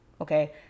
Okay